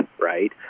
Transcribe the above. right